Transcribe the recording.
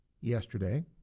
yesterday